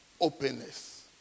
Openness